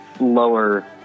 lower